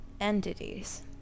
entities